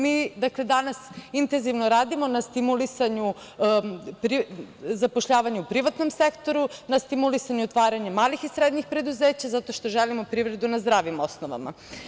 Mi danas intenzivno radimo na stimulisanju zapošljavanja u privatnom sektoru, na stimulisanju otvaranja malih i srednjih preduzeća zato što želimo privredu na zdravim osnovama.